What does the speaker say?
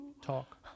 talk